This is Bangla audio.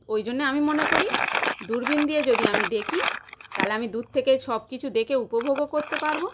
ওই জন্য আমি মনে করি দূরবীন দিয়ে যদি আমি দেখি তাহলে আমি দূর থেকে সব কিছু দেকে উপভোগও করতে পারব